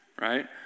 right